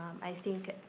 i think,